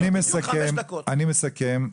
רוצה לסכם.